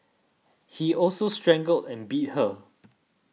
he also strangled and beat her